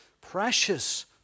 precious